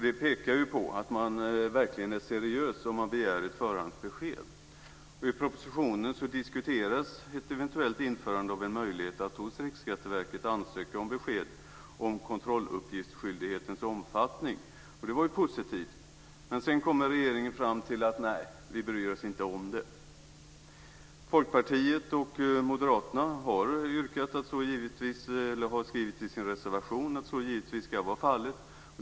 Det pekar på att man verkligen är seriös om man begär ett förhandsbesked. I propositionen diskuteras ett eventuellt införande av en möjlighet att hos Riksskatteverket ansöka om besked om kontrolluppgiftsskyldighetens omfattning. Det är positivt! Men sedan kommer regeringen fram till att regeringen inte ska bry sig om det. Folkpartiet och Moderaterna har skrivit i sin reservation att så givetvis ska vara fallet.